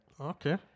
okay